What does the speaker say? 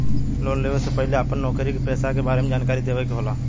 Loan लेवे से पहिले अपना नौकरी पेसा के बारे मे जानकारी देवे के होला?